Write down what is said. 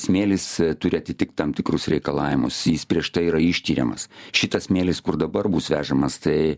smėlis turi atitikt tam tikrus reikalavimus jis prieš tai yra ištiriamas šitas smėlis kur dabar bus vežamas tai